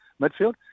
midfield